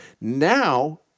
Now